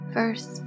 First